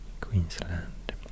Queensland